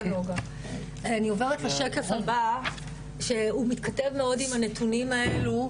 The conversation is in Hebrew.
אני עוברת לשקף הבא שהוא מתכתב הרבה מאוד עם הנתונים הלאה,